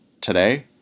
today